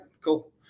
cool